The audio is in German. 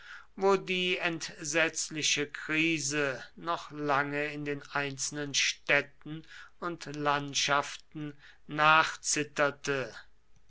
wo die entsetzliche krise noch lange in den einzelnen städten und landschaften